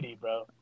bro